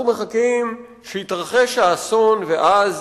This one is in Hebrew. אנחנו מחכים שיתרחש האסון ואז